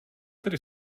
tedy